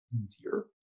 easier